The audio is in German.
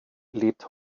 lebt